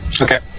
Okay